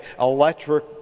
electric